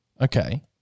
Okay